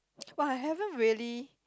!woah! I haven't really